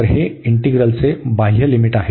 तर हे इंटीग्रलचे बाह्य लिमिट आहे